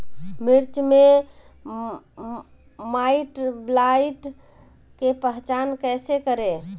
मिर्च मे माईटब्लाइट के पहचान कैसे करे?